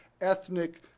ethnic